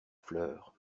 fleur